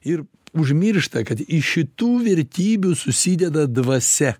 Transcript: ir užmiršta kad iš šitų vertybių susideda dvasia